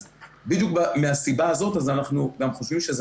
אז בדיוק מהסיבה הזאת אנחנו גם חושבים שזה